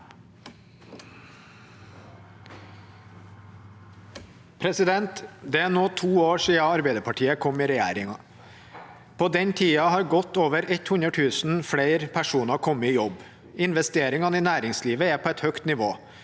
Det er nå to år siden Ar- beiderpartiet kom i regjering. På den tiden har godt over 100 000 flere personer kommet i jobb. Investeringene i næringslivet er på et høyt nivå,